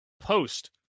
post